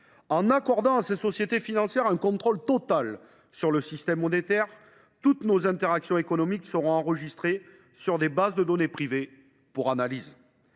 accordons à ces sociétés financières un contrôle total sur le système monétaire, toutes nos interactions économiques seront enregistrées sur des bases de données privées, pour analyse.